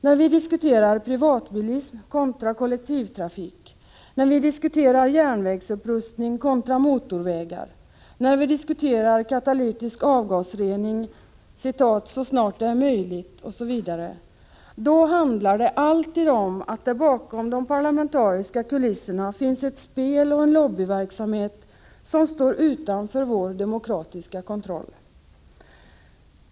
När vi diskuterar privatbilism kontra kollektivtrafik, när vi diskuterar järnvägsupprustning kontra motorvägar, när vi diskuterar katalytisk avgasrening ”så snart det är möjligt” osv., då handlar det alltid om att det bakom de parlamentariska kulisserna finns ett spel och en lobbyverksamhet som står utanför vår demokratiska kontroll.